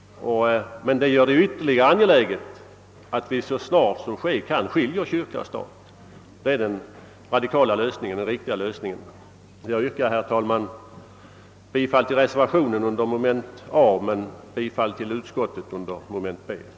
Men därför är det så mycket mera angeläget att vi så snart som ske kan skiljer kyrka och stat. Det är den radikala och riktiga lösningen. Jag yrkar, herr talman, bifall till reservationen 1 under mom. a och bifall till utskottets hemställan under mom. b.